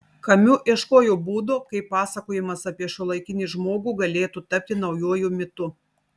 kamiu ieškojo būdo kaip pasakojimas apie šiuolaikinį žmogų galėtų tapti naujuoju mitu